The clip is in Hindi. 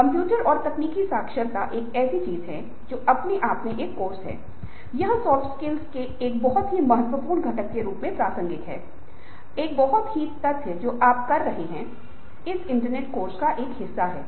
कई गैर सरकारी संगठन जो ग्रामीण क्षेत्र में काम कर रहे हैं और जो माइक्रो प्लानिंग में शामिल हैं वे भी लोगों की जरूरतों की पहचान करते हैं फिर लोगों की भागीदारी के साथ योजना तैयार करते हैं फिर योजना को अंजाम देते हैं